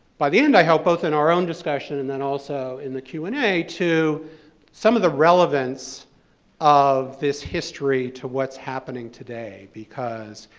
by the end, i hope, both in our own discussion and then also in the q and a, to some of the relevance of this history to what's happening today. because,